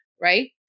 Right